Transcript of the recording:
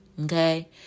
okay